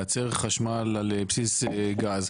לייצר חשמל על בסיס גז.